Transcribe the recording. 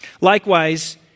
Likewise